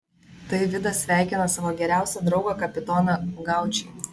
tai vidas sveikina savo geriausią draugą kapitoną gaučį